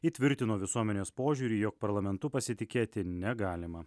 įtvirtino visuomenės požiūrį jog parlamentu pasitikėti negalima